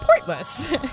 pointless